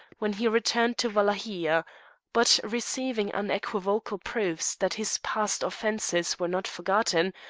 when he returned to wallachia but receiving unequivocal proofs that his past offences were not forgotten,